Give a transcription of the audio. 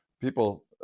people